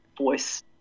voice